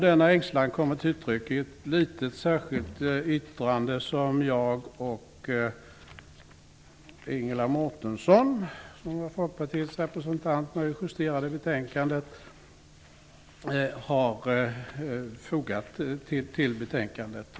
Denna ängslan kommer till uttryck i ett kort särskilt yttrande som jag och Ingela Mårtensson, Folkpartiets representant vid justeringen av betänkandet, har fogat till betänkandet.